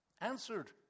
Answered